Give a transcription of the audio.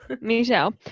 Michelle